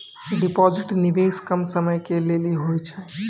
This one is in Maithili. डिपॉजिट निवेश कम समय के लेली होय छै?